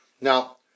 Now